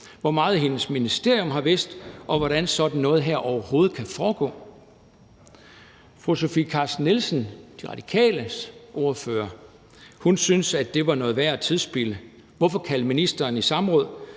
hvor meget hendes ministerium har vidst, og hvordan sådan noget her overhovedet kan foregå. Fru Sofie Carsten Nielsen, den radikale ordfører, syntes, at det var noget værre tidsspilde. Hvorfor kalde ministeren i samråd?